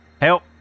Help